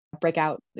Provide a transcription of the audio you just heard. breakout